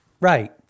Right